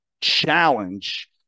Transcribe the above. Challenge